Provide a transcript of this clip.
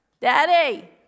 Daddy